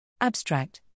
Abstract